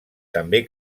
també